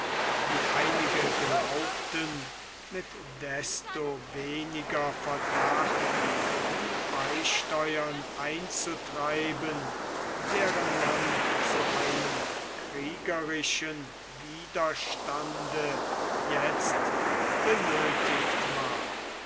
wie einige glaubten mit desto weniger verdacht die beisteuern einzutreiben deren man zu einem kriegerischen widerstande jetzt benöthigt war